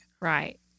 Right